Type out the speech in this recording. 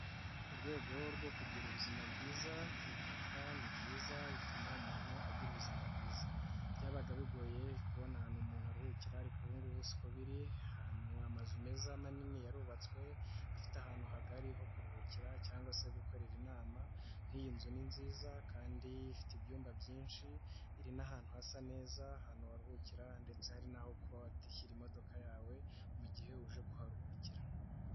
Mu rwego rwo kugira ubuzima bwiza kuruhuka ni byiza bituma umuntu agira ubuzima bwiza. Byabaga bigoye kubona ahantu umuntu aruhukira ariko ubu ngubu siko biri, ahantu amazu meza manini yarubatswe, afite ahantu hagari ho kuruhukira cyangwa se gukorera inama, nk'iyi nzu ni nziza kandi ifite ibyumba byinshi, iri n'ahantu hasa neza ahantu waruhukira ndetse hari naho kuba washyira imodoka yawe mu gihe uje kuharuhukira.